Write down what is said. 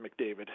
McDavid